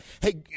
Hey